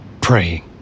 praying